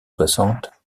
soixante